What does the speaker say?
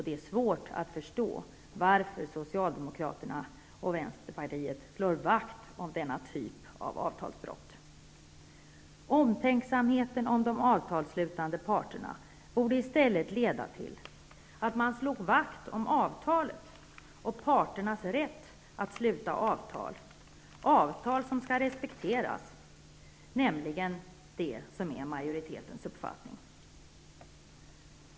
Det är svårt att förstå varför Socialdemokraterna och Vänsterpartiet slår vakt om denna typ av avtalsbrott. Omtänksamheten om de avtalsslutande parterna borde i stället leda till att man slog vakt om avtalet och parternas rätt att sluta avtal, avtal som skall respekteras, nämligen det som är majoritetens uppfattning.